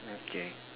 okay